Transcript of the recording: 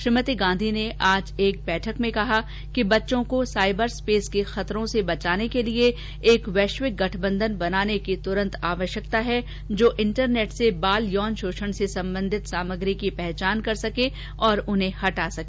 श्रीमती गांधी ने आज एक बैठक के दौरान कहा कि बच्चों को साइबर स्पेस के खतरों से बचाने के लिए एक वैश्विक गठबंधन बनाने की तुरंत आवश्यकता है जो इंटरनेट से बाल यौन शोषण से संबंधित सामग्री की पहचान कर सके और उन्हें हटा सके